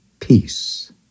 peace